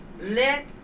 Let